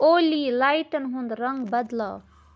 اولی، لایٹن ہُند رنگ بدلاو